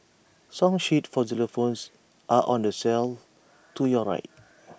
song sheets for xylophones are on the shelf to your right